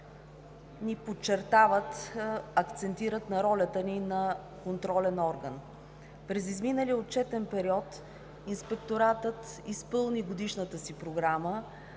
подчертават, акцентират на ролята ни на контролен орган. През изминалия отчетен период Инспекторатът изпълни годишната си програма.